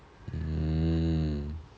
mm